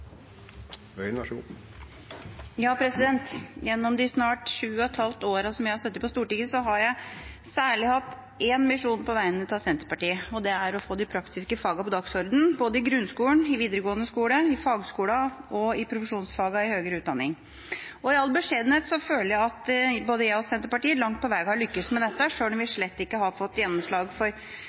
vegne av Senterpartiet. Det er å få de praktiske fagene på dagsordenen, både i grunnskolen, i videregående skole, i fagskolen og i profesjonsfagene i høyere utdanning. I all beskjedenhet føler jeg at både jeg og Senterpartiet langt på vei har lyktes med dette, sjøl om vi slett ikke har fått gjennomslag for